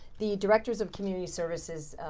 the directors of community services.